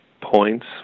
points